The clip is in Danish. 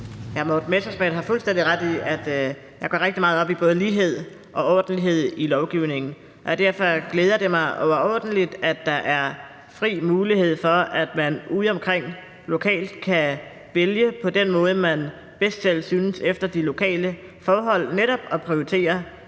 Hr. Morten Messerschmidt har fuldstændig ret i, at jeg går rigtig meget op i både lighed og ordentlighed i lovgivningen. Derfor glæder det mig overordentligt, at der er fri mulighed for, at man udeomkring lokalt kan vælge på den måde, man selv synes er bedst efter de lokale forhold – netop at prioritere